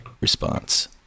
response